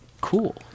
cool